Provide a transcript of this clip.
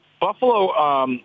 Buffalo –